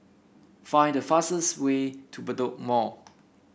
find the fastest way to Bedok Mall